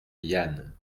yann